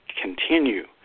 continue